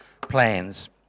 plans